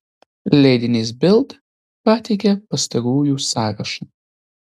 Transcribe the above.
leidinys bild pateikia pastarųjų sąrašą